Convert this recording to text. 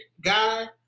guy